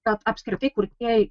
kad apskritai kurtieji